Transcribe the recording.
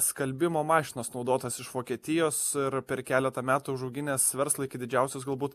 skalbimo mašinas naudotas iš vokietijos ir per keletą metų užauginęs verslą iki didžiausios galbūt